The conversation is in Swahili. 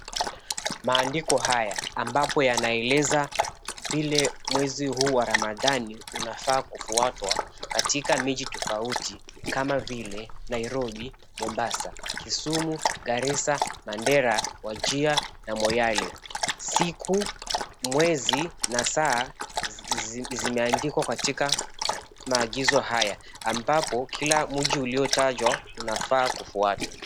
Mandiko haya ambapo yanaeleza vile mwezi huu wa Ramadhani unafaa kufuatwa katika miji tofauti kama vile Nairobi, Mombasa, Kisumu , Garissa ,Mandera, Wajia na Moyale. Siku , mwezi na saa zimeandikwa katika maagizo haya ambapo kila mji uliyotajwa inafaa kufuata.